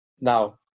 Now